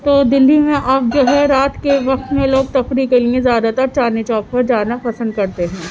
تو دلی میں اب جو ہے رات کے وقت میں لوگ تفریح کے لیے زیاد تر چاندنی چوک پر جانا پسند کرتے ہیں